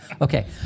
Okay